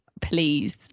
please